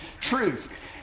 truth